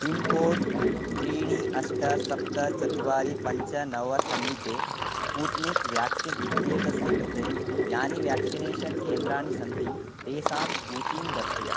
pincode त्रीणि अष्ट सप्त चत्वारि पञ्च नव समीपे स्पूत्निक् व्याक्सीन् इत्येतस्य कृते यानि व्याक्सिनेषन् केन्द्राणि सन्ति तेषां सूचीं दर्शय